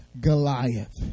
Goliath